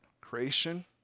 Creation